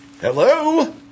Hello